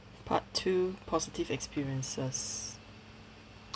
part two positive experiences